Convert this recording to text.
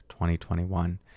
2021